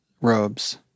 robes